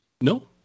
No